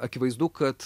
akivaizdu kad